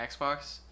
Xbox